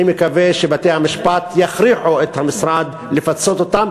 אני מקווה שבתי-המשפט יכריחו את המשרד לפצות אותם,